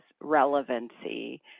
relevancy